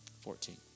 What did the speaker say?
Fourteen